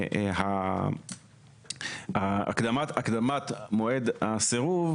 הקדמת מועד הסירוב,